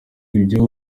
ibyo